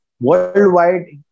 Worldwide